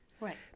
Right